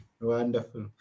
Wonderful